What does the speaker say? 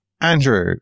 Andrew